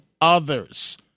others